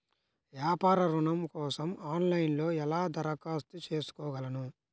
వ్యాపార ఋణం కోసం ఆన్లైన్లో ఎలా దరఖాస్తు చేసుకోగలను?